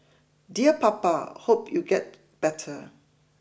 dear Papa hope you get better